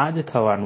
આ જ થવાનું છે